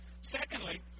Secondly